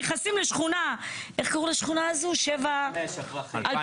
נכנסים לשכונה איך קראו לשכונה הזו 2005 הפרחים,